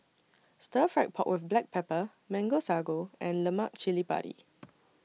Stir Fried Pork with Black Pepper Mango Sago and Lemak Cili Padi